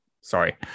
sorry